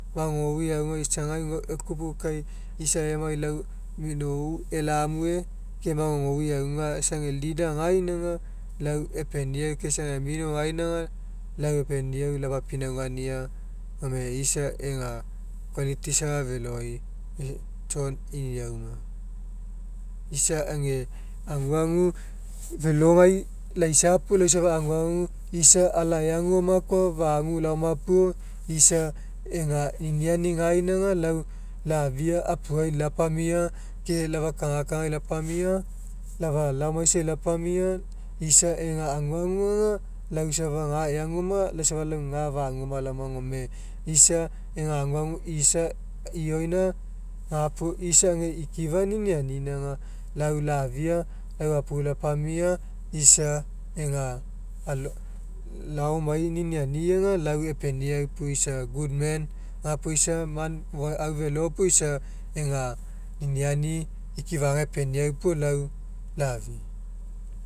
Magogou eauga isagai guau ekupu kai isa emai lau minou ela'a mue ke magogou eauga isa ega leader gaina aga lau epeniau ke isa ega mino gaina aga lau epeniau lapapinaugania gome isa ega qualities aga feloi, john iniauma. Isa ega aguagu felogai laisa puo lau safa isa ala eaguoma koa fagu laoma puo isa ega niniani gaina aga lau lafia apuai lapamia ke lau efau kagakagai lapamia lau efa laomaisai lapamia isa ega aguagu aga lau safa ga eagu oma lau safa lau gafaguoma laoma gome isa ega aguagu isaiona gapuo isa ega ikifa ninianina aga lau lafia lau apu lapamia isa ega alo laomai niniani aga lau epeniau isa good man gapuo isa aga man fo au felo puo isa aga niniani ikifaga epeniau puo lau lafia.